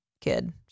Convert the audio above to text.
kid